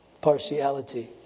partiality